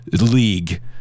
league